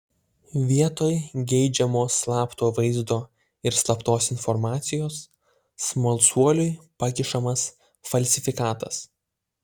vietoj geidžiamo slapto vaizdo ir slaptos informacijos smalsuoliui pakišamas falsifikatas